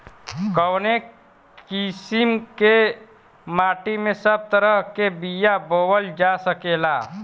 कवने किसीम के माटी में सब तरह के बिया बोवल जा सकेला?